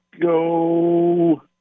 go